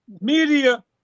media